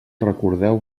recordeu